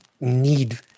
need